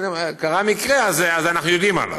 קרה מקרה אז אנחנו יודעים עליו,